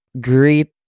great